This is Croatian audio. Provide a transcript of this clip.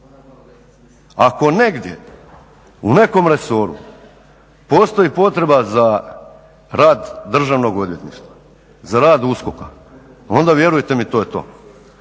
Ako negdje u nekom resoru postoji potreba za rad Državnog odvjetništva za rad USKOK-a onda vjerujte mi to je to.